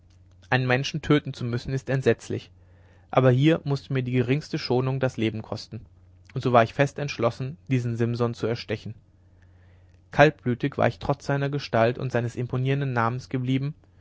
einen menschen töten zu müssen ist entsetzlich aber hier mußte mir die geringste schonung das leben kosten und so war ich fest entschlossen diesen simson zu erstechen kaltblütig war ich trotz seiner gestalt und seines imponierenden namens geblieben